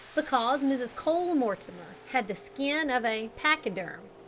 because mrs. cole-mortimer had the skin of a pachyderm.